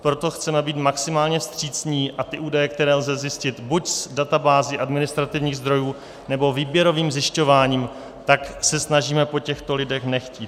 Proto chceme být maximálně vstřícní a ty údaje, které lze zjistit buď z databází administrativních zdrojů, nebo výběrovým zjišťováním, se snažíme po lidech nechtít.